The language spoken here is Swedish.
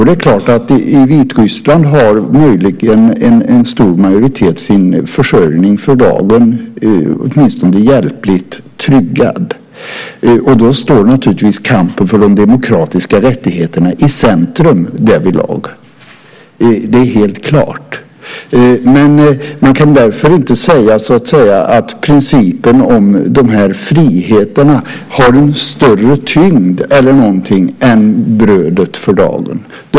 Det är klart att en stor majoritet i Vitryssland möjligen har sin försörjning för dagen tryggad, åtminstone hjälpligt, och därvidlag står naturligtvis kampen för de demokratiska rättigheterna i centrum. Det är helt klart. Man kan dock inte därmed säga att principen om dessa friheter har en större tyngd eller någonting sådant än brödet för dagen.